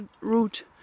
route